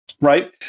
right